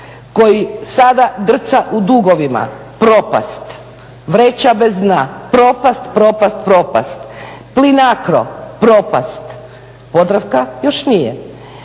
koji sada grca u dugovima, propast, vreća bez dna, propast, propast, propast. Plinacro propast, Podravka još nije.